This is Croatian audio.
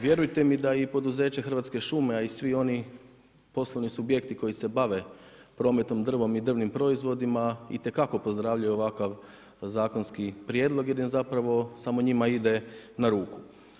Vjerujte mi da i poduzeće Hrvatske šume a i svi oni poslovni subjekti koji se bavi prometom drva i drvnih proizvodima itekako pozdravljaju ovakav zakonski prijedlog jer on zapravo samo njima ide na ruku.